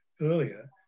earlier